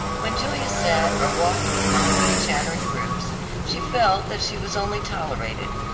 when julia sat or walked with one of these chattering groups she felt that she was only tolerated,